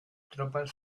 tropas